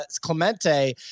Clemente